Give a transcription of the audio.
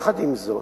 עם זאת,